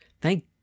thank